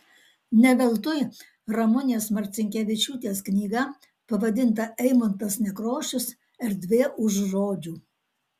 ne veltui ramunės marcinkevičiūtės knyga pavadinta eimuntas nekrošius erdvė už žodžių